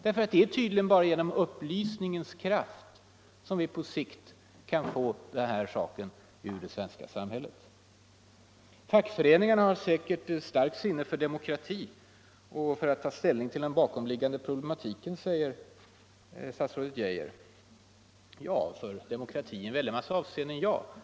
Det är tydligen bara genom upplysningens kraft som vi kan få den här saken ur det svenska samhället. Fackföreningarna har säkerligen ett starkt sinne för demokrati och för att ta ställning till den bakomliggande problematiken, säger statsrådet Geijer. Ja, fackföreningarna har sinne för demokrati i en massa avseenden.